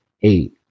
eight